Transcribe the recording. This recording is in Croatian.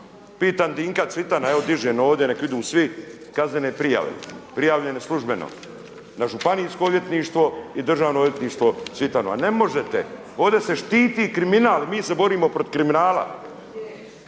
pitam Dinka Cvitana, evo dižem ovdje nek vidu svi kaznene prijave prijavljene službeno na Županijsko odvjetništvo i Državno odvjetništvo Cvitanu. A ne možete! Ovdje se štiti kriminal i mi se borimo protiv kriminala.